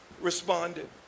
responded